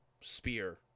spear